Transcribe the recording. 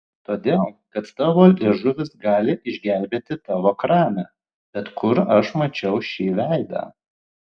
todėl kad tavo liežuvis gali išgelbėti tavo kramę bet kur aš mačiau šį veidą